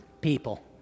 people